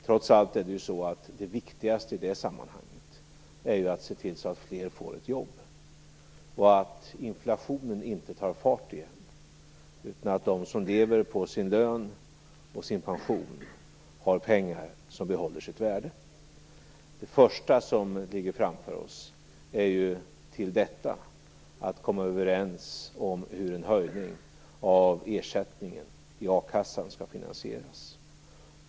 Trots allt är det viktigaste i det sammanhanget att se till att fler får ett jobb och att inflationen inte tar fart igen, utan att de som lever på sin lön och sin pension har pengar som behåller sitt värde. Det första som ligger framför oss är ju, till detta, att komma överens om hur en höjning av ersättningen i a-kassan skall finansieras.